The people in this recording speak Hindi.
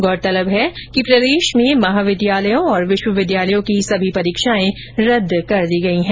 गौरतलब है कि प्रदेश में महाविद्यालयों और विश्वविद्यालयों की सभी परीक्षाएं रदद कर दी गई हैं